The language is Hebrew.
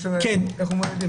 איך אומרים הילדים?